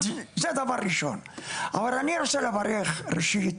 אבל אני רוצה ראשית